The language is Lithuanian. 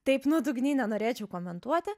taip nuodugniai nenorėčiau komentuoti